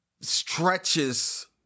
stretches